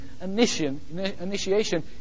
initiation